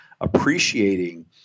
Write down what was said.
appreciating